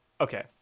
okay